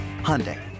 Hyundai